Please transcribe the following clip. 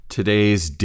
Today's